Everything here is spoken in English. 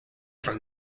from